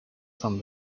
from